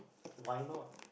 why not